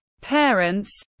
parents